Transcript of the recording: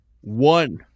One